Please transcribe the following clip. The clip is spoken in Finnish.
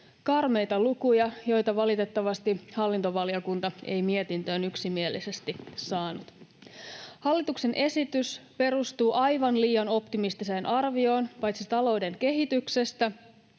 karmeita lukuja, joita valitettavasti hallintovaliokunta ei mietintöön yksimielisesti saanut. Hallituksen esitys perustuu aivan liian optimistiseen arvioon paitsi talouden kehityksestä